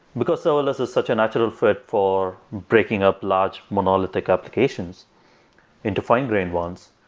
because serverless is such a natural fit for breaking up large monolithic applications into fine grain ones,